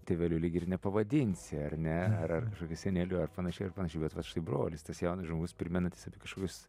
tėveliu lyg ir nepavadinsi ar ne ar kažkokiu seneliu ar panašiai ar panašiai bet vat štai brolis tas jaunas žmogus primenantis apie kažkokius